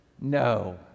No